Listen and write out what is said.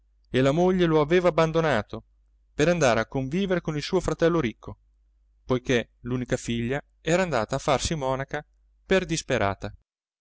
e la moglie lo aveva abbandonato per andare a convivere con il suo fratello ricco poiché l'unica figlia era andata a farsi monaca per disperata